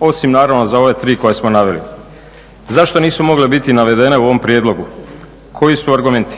Osim naravno za ove tri koje smo naveli? Zašto nisu mogle biti navedene u ovom prijedlogu, koji su argumenti?